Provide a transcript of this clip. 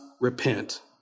repent